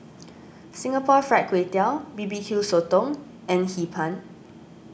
Singapore Fried Kway Tiao BBQ Sotong and Hee Pan